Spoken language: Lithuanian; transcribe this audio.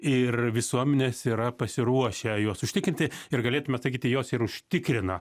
ir visuomenės yra pasiruošę juos užtikrinti ir galėtume sakyti juos ir užtikrina